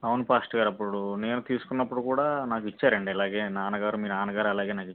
అవును పాస్టర్ గారు అప్పుడు నేను తీసుకున్నప్పుడు కూడా నాకు ఇచ్చారండి ఇలాగే నాన్నగారు మీ నాన్నగారు అలాగే నాకు ఇచ్చారు